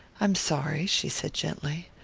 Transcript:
i'm sorry, she said gently.